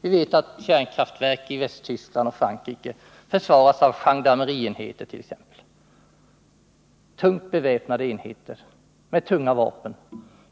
Vi vet att kärnkraftverk i Västtyskland och Frankrike försvaras av t.ex. gendarmerienheter: tungt beväpnade enheter